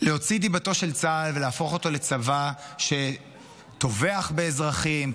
להוציא את דיבתו של צה"ל ולהפוך אותו לצבא שטובח באזרחים,